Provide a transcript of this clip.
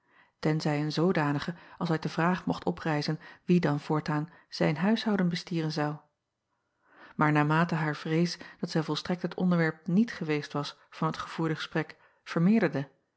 tenzij een zoodanige als uit de vraag mocht oprijzen wie dan voortaan zijn huishouden bestieren zou aar naarmate hare vrees dat zij volstrekt het onderwerp niet geweest was van het gevoerde gesprek vermeerderde